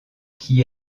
qui